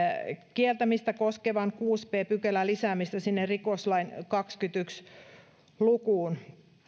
kieltämistä koskevan kuudennen b pykälän lisäämistä rikoslain kahteenkymmeneenyhteen lukuun